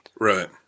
Right